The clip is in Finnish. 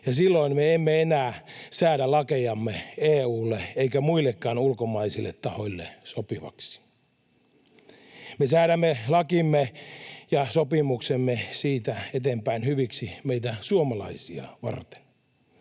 ja silloin me emme enää säädä lakejamme EU:lle emmekä muillekaan ulkomaisille tahoille sopiviksi. Me säädämme lakimme ja sopimuksemme siitä eteenpäin hyviksi meitä suomalaisia varten.